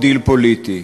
דיל פוליטי.